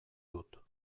dut